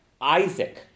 Isaac